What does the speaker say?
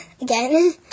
again